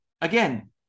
again